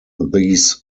these